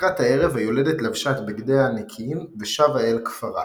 לקראת הערב היולדת לבשה את בגדיה הנקיים ושבה אל כפרה.